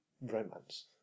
romance